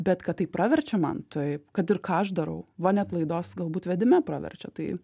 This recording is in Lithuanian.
bet kad tai praverčia man taip kad ir ką aš darau va net laidos galbūt vedime praverčia tai